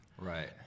right